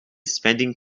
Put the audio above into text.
spending